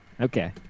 Okay